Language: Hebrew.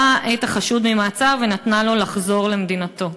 את החשוד ממעצר ונתנה לו לחזור למדינתו?